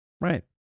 right